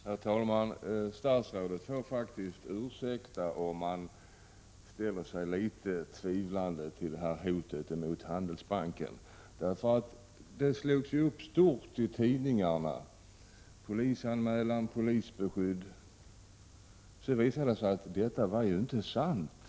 Herr talman! Statsrådet får faktiskt ursäkta om man ställer sig litet tvivlande angående detta hot mot Handelsbanken. Hotet slogs upp stort i tidningarna: polisanmälan och polisbeskydd. Det visade ju sig att detta inte var sant!